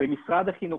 במשרד החינוך,